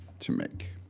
to make.